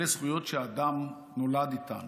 אלה זכויות שאדם נולד איתן,